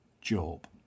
job